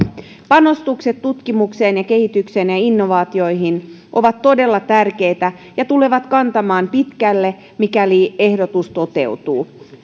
panostukset tutkimukseen ja kehitykseen ja innovaatioihin ovat todella tärkeitä ja tulevat kantamaan pitkälle mikäli ehdotus toteutuu